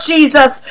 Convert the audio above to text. Jesus